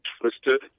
twisted